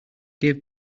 gave